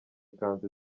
ikanzu